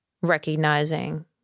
recognizing